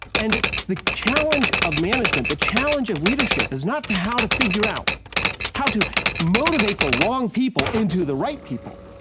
and the challenge of management, the challenge of leadership is not how to figure out how to motivate the wrong people into the right people,